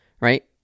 Right